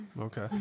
Okay